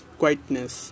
quietness